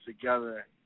together